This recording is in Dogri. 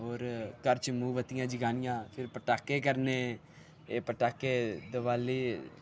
होर घर च मोमबतियां जगानियां फेर पटाके करने एह् पटाके दिवाली